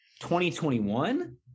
2021